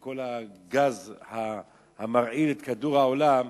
וכל הגז המרעיל את העולם,